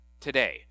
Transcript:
today